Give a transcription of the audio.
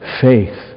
Faith